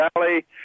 Valley